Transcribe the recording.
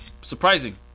surprising